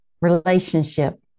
relationship